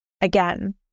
again